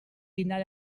dinar